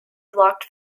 blocked